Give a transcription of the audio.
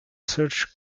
search